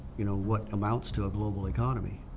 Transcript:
you know, what amounts to a global economy.